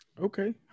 Okay